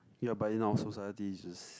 ya but in our society it's just